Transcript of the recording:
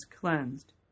cleansed